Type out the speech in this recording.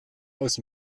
aus